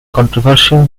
controversial